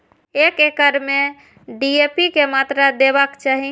एक एकड़ में डी.ए.पी के मात्रा देबाक चाही?